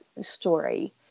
story